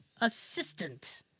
assistant